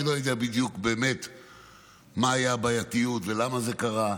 אני לא יודע בדיוק מה הייתה הבעייתיות ולמה זה קרה.